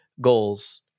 goals